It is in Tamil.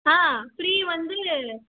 ஆ ஃப்ரீ வந்து